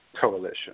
Coalition